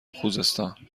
خوزستان